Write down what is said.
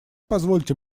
позвольте